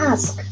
Ask